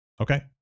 Okay